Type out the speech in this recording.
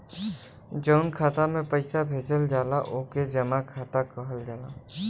जउन खाता मे पइसा भेजल जाला ओके जमा खाता कहल जाला